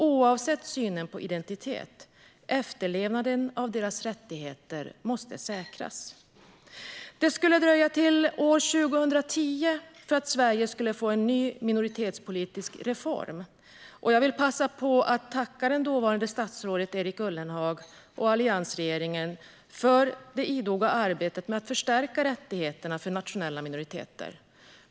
Oavsett synen på identitet måste efterlevnaden av deras rättigheter säkras. Det skulle dröja till år 2010 innan Sverige fick en ny minoritetspolitisk reform. Jag vill passa på att tacka dåvarande statsrådet Erik Ullenhag och alliansregeringen för deras idoga arbete med att förstärka rättigheterna för nationella minoriteter.